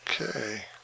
Okay